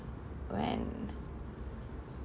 when